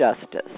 justice